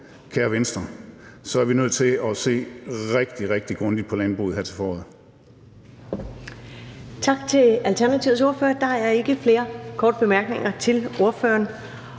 kære Venstre, er vi nødt til at se rigtig, rigtig grundigt på landbruget her til foråret.